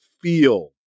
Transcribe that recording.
feel